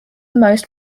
most